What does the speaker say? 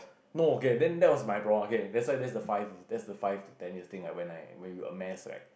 no okay then that was my problem okay that's why there's the five there's the five to ten years things when I when you amass right